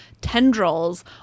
tendrils